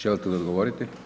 Želite li odgovoriti?